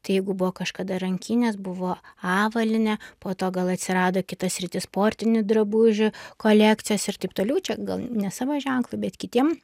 tai jeigu buvo kažkada rankinės buvo avalynė po to gal atsirado kita sritis sportinių drabužių kolekcijos ir taip toliau čia gal ne savo ženklu bet kitiem